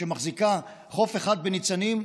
שמחזיקה חוף אחד בניצנים,